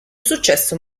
successo